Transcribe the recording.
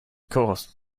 course